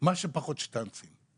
מה שפחות שטנצים,